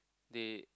they